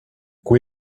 kui